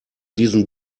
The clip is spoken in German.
diesen